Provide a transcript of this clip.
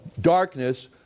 darkness